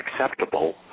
acceptable